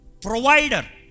Provider